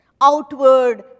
outward